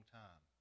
time